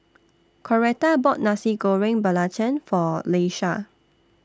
Coretta bought Nasi Goreng Belacan For Leisha